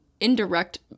indirect